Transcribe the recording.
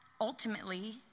ultimately